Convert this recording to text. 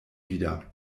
wieder